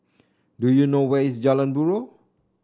do you know where is Jalan Buroh